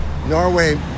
Norway